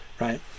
right